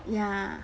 ya